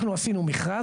אנחנו עשינו מכרז.